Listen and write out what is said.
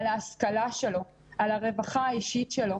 על ההשכלה שלו, על הרווחה האישית שלו,